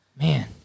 man